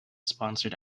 sponsored